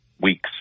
weeks